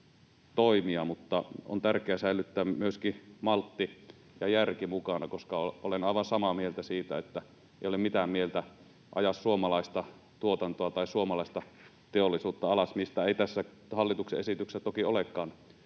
on tärkeää säilyttää myöskin maltti ja järki mukana, koska olen aivan samaa mieltä siitä, että ei ole mitään mieltä ajaa suomalaista tuotantoa tai suomalaista teollisuutta alas — mistä ei tässä hallituksen esityksessä toki olekaan